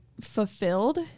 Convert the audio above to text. fulfilled